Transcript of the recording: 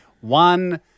one